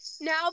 Now